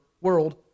world